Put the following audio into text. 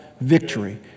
victory